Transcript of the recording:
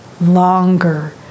longer